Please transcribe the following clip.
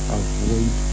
avoid